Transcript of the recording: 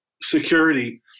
security